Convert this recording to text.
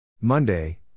Monday